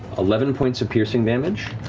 eleven points of piercing damage